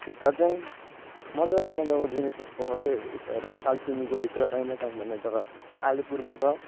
यता चाहिँ मजा मजाको जिनिसहरू पाउँछ क्या यता राइ कालजचिनीको भित्र राइमटाङ भन्ने जग्गा अलिपुरमा छ